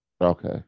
Okay